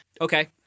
Okay